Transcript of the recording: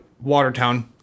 Watertown